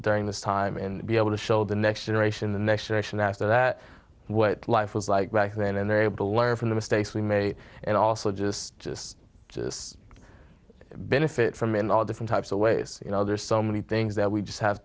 during this time and be able to show the next generation the next generation after that what life was like back then and they're able to learn from the mistakes we made and also just benefit from in all different types of ways you know there's so many things that we just have